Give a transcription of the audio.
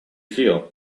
feel